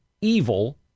evil